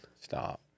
Stop